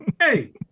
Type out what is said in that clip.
Hey